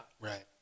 Right